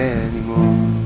anymore